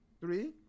Three